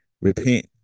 Repent